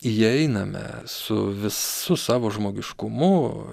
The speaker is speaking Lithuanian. įeiname su visu savo žmogiškumu